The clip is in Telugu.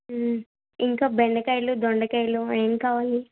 ఇంకా బెండకాయలు దొండకాయలు ఏం కావాలి